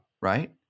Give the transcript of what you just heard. Right